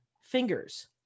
fingers